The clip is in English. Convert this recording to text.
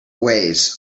ways